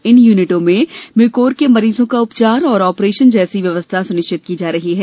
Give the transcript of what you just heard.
इन यूनिटों में म्यूकोर के मरीजों का उपचार और ऑपरेंशन जैसी व्यवस्था सुनिश्चित की जा रही है